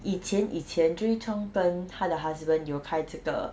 以前以前 drea chong 跟她的 husband 有开这个